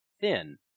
thin